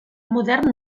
modern